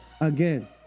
again